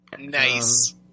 Nice